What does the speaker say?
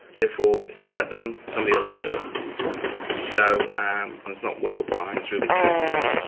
therefore, if you want it done, somebody else can so it's not whistleblowing, it's really truthtelling.